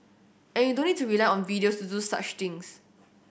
and you don't need to rely on videos to do such things